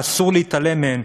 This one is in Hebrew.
ואסור להתעלם מהן.